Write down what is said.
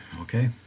okay